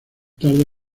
tarde